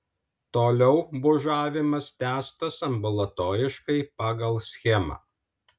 toliau bužavimas tęstas ambulatoriškai pagal schemą